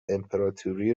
امپراتوری